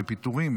ופיטורים